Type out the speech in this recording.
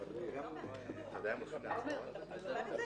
לפועל,